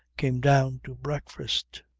came down to breakfast,